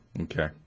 Okay